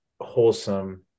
wholesome –